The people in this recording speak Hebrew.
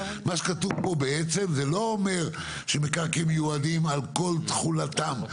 מה שכתוב פה בעצם זה לא אומר שמקרקעין מיועדים על כל תכולתם,